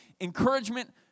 Encouragement